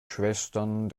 schwestern